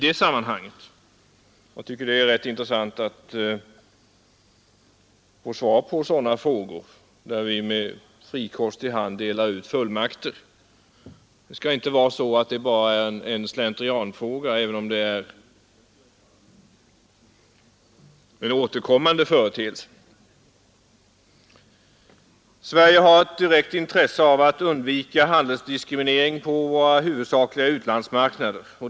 Det vore intressant att få svar på den frågan, innan vi med frikostig hand delar ut fullmakter. Sverige har ett direkt intresse av att undvika handelsdiskriminering på våra huvudsakliga utlandsmarknader.